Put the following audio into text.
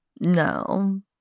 No